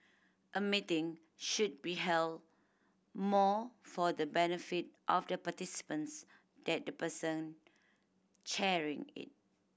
a meeting should be held more for the benefit of the participants than the person chairing it